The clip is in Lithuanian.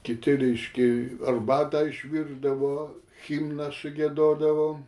kiti reiškia arbatą išvirdavo himną sugiedodavom